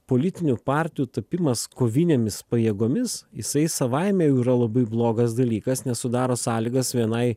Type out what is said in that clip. politinių partijų tapimas kovinėmis pajėgomis jisai savaime jau yra labai blogas dalykas nes sudaro sąlygas vienai